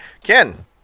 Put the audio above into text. Ken